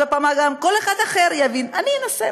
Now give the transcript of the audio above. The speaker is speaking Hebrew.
אז גם כל אחד יבין: אני אנסה,